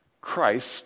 Christ